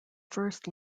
first